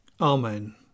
Amen